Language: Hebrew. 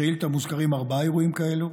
בשאילתה מוזכרים ארבעה אירועים כאלה,